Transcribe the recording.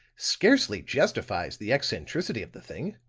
scarcely justifies the eccentricity of the thing.